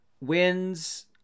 wins